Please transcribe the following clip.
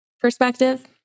perspective